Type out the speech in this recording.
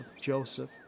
Joseph